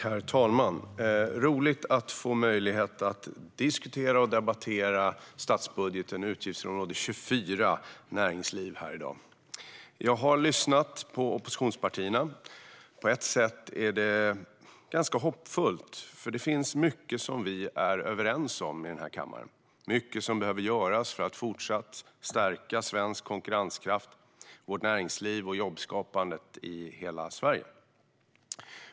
Herr talman! Det är roligt att få möjlighet att diskutera och debattera statsbudgeten under utgiftsområde 24 Näringsliv här i dag. Jag har lyssnat på oppositionspartierna. På ett sätt är det ganska hoppfullt, för det finns mycket som vi är överens om i den här kammaren. Det är mycket som behöver göras för att fortsatt stärka svensk konkurrenskraft, vårt näringsliv och jobbskapandet i hela Sverige.